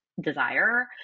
desire